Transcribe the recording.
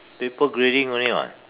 paper grading only [what]